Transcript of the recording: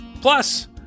Plus